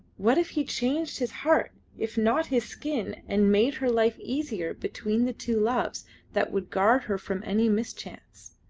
what if he changed his heart if not his skin and made her life easier between the two loves that would guard her from any mischance!